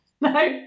No